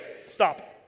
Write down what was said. Stop